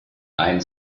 ein